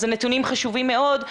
אז הנתונים חשובים מאוד,